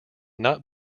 not